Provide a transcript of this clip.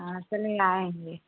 हाँ चले आएँगे